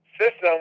system